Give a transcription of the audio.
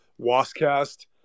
Wascast